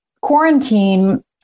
quarantine